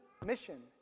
mission